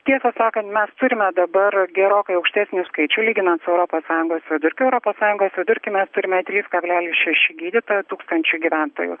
tiesą sakant mes turime dabar gerokai aukštesnį skaičių lyginant su europos sąjungos vidurkiu europos sąjungos vidurkį mes turime trys kablelis šeši gydytojo tūkstančiui gyventojų